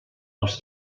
els